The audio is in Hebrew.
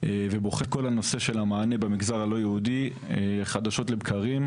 ובוחן את נושא המענה במגזר הלא יהודי חדשות לבקרים,